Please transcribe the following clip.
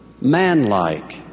manlike